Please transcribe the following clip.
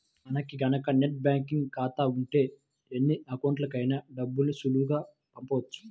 మనకి గనక net banking ఖాతా ఉంటే ఎన్ని అకౌంట్లకైనా డబ్బుని సులువుగా పంపొచ్చు